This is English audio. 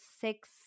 six